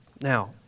Now